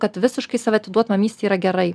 kad visiškai save atiduot mumystei yra gerai